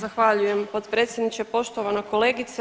Zahvaljujem potpredsjedniče, poštovana kolegice.